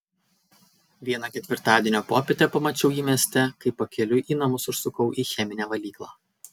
vieną ketvirtadienio popietę pamačiau jį mieste kai pakeliui į namus užsukau į cheminę valyklą